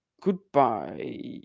Goodbye